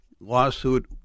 lawsuit